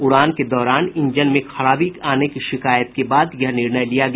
उड़ान के दौरान ईंजन मेंखराबी आने की शिकायत के बाद यह निर्णय लिया गया